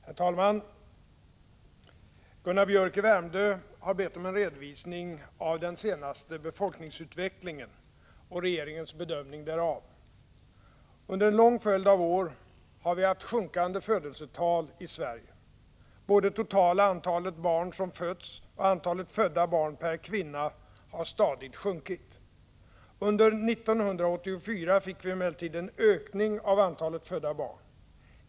Herr talman! Gunnar Biörck i Värmdö har bett om en redovisning av den senaste befolkningsutvecklingen och regeringens bedömning därav. Under en lång följd av år har vi haft sjunkande födelsetal i Sverige. Både totala antalet barn som fötts och antalet födda barn per kvinna har stadigt sjunkit. Under 1984 fick vi emellertid en ökning av antalet födda barn.